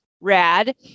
Rad